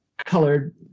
Colored